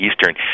Eastern